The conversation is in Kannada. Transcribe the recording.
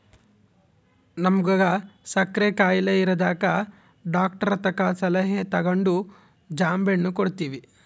ನಮ್ವಗ ಸಕ್ಕರೆ ಖಾಯಿಲೆ ಇರದಕ ಡಾಕ್ಟರತಕ ಸಲಹೆ ತಗಂಡು ಜಾಂಬೆಣ್ಣು ಕೊಡ್ತವಿ